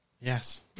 Yes